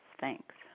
Thanks